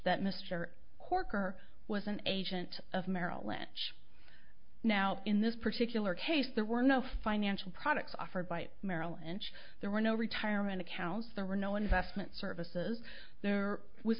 that mr corker was an agent of merrill lynch now in this particular case there were no financial products offered by merrill and there were no retirement accounts there were no investment services there was